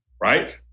right